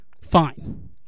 fine